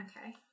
Okay